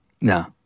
No